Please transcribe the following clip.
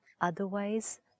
Otherwise